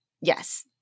Yes